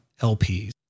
LPs